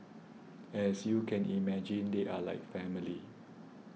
as you can imagine they are like family